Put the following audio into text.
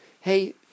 Hey